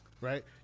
right